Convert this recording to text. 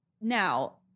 now